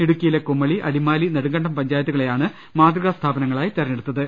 ഇടുക്കിയിലെ കുമളി അടിമാലി നെടു ങ്കണ്ടം പഞ്ചായത്തുകളെയാണ് മാതൃകാ സ്ഥാപനങ്ങളായി തെരഞ്ഞെ ടുത്തത്